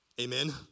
amen